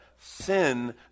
sin